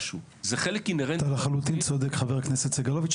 אתה לחלוטין צודק חבר הכנסת סגלוביץ׳,